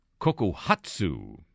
Kokuhatsu